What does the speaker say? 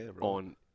on